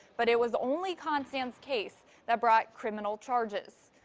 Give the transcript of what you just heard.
but it was only constand's case that brought criminal charges.